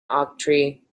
octree